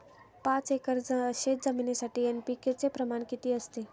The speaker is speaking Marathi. पाच एकर शेतजमिनीसाठी एन.पी.के चे प्रमाण किती असते?